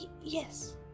Yes